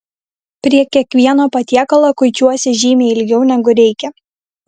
prie kiekvieno patiekalo kuičiuosi žymiai ilgiau negu reikia